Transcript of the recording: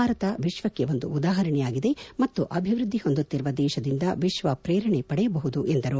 ಭಾರತ ವಿಶ್ಲಕ್ಲೆ ಒಂದು ಉದಾಹರಣೆಯಾಗಿದೆ ಮತ್ತು ಅಭಿವೃದ್ದಿ ಹೊಂದುತ್ತಿರುವ ದೇಶದಿಂದ ವಿಶ್ವ ಪ್ರೇರಣೆ ಪಡೆಯಬಹುದು ಎಂದರು